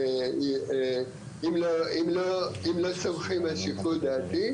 אם לא סומכים על שיקול דעתי,